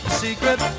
secret